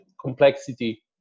complexity